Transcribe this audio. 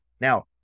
Now